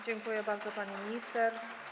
Dziękuję bardzo, pani minister.